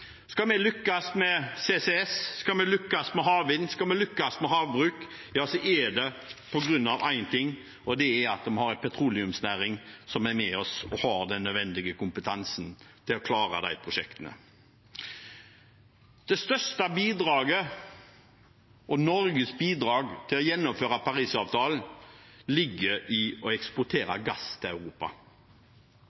Skal vi lykkes med CCS, skal vi lykkes med havvind, skal vi lykkes med havbruk, er det på grunn av én ting, og det er at vi har en petroleumsnæring som er med oss og har den nødvendige kompetansen til å klare de prosjektene. Det største bidraget og Norges bidrag til å gjennomføre Parisavtalen ligger i å eksportere